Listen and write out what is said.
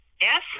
Yes